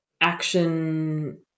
action –